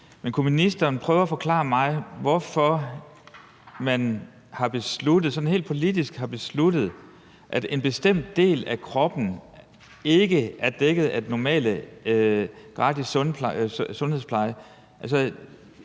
Men kan ministeren prøve at forklare mig, hvorfor man sådan helt politisk har besluttet, at en bestemt del af kroppen ikke er dækket af den normale gratis sundhedspleje?